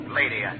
lady